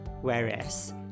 whereas